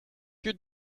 que